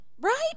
Right